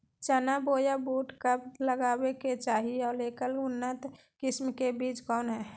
चना बोया बुट कब लगावे के चाही और ऐकर उन्नत किस्म के बिज कौन है?